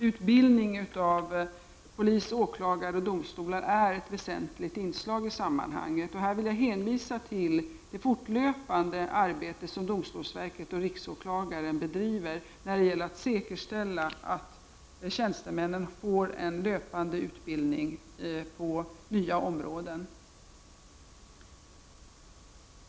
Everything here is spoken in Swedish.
Utbildning av polis, åklagare och domstolar är ett väsentligt inslag i sammanhanget. Här vill jag hänvisa till det fortlöpande arbete som domstolsverket och riksåklagaren bedriver när det gäller att säkerställa att tjänstemännen får en löpande utbildning på nya områden.